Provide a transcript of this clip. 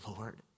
Lord